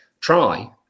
try